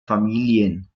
familien